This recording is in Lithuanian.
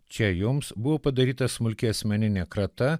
čia joms buvo padaryta smulki asmeninė krata